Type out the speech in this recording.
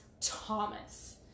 Thomas